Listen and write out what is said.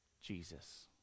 Jesus